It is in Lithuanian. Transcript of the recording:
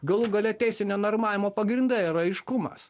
galų gale teisinio normavimo pagrindai yra aiškumas